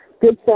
good